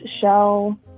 Shell